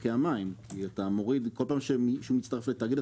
ספקי המים וכל פעם שמישהו מצטרף לתאגיד,